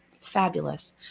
Fabulous